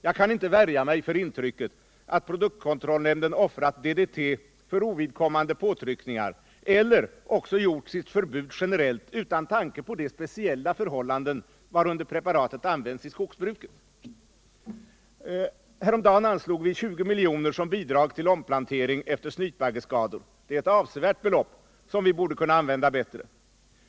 Jag kan inte värja mig för intrycket att produktkontrollnämnden offrat DDT för ovidkommande påtryckningar eller också gjort sitt förbud generellt utan tanke på de speciella förhållanden, varunder preparatet används i skogsbruket. Häromdagen anslog riksdagen 20 milj.kr. som bidrag till omplantering efter snytbaggeskador, ett avsevärt belopp, som vi borde kunna använda bättre.